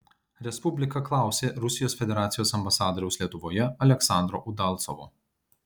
respublika klausė rusijos federacijos ambasadoriaus lietuvoje aleksandro udalcovo